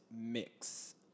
Mix